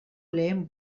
lehen